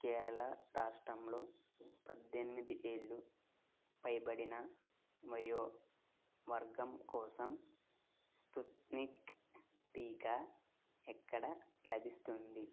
కేరళ రాష్ట్రంలో పద్దెనిమిది ఏళ్ళ పైబడిన వయో వర్గం కోసం స్పుత్నిక్ టీకా ఎక్కడ లభిస్తుంది